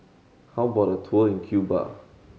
how about a tour in Cuba